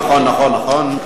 נכון, נכון, נכון.